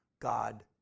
God